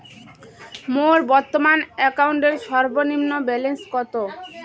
মোর বর্তমান অ্যাকাউন্টের সর্বনিম্ন ব্যালেন্স কত?